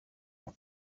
must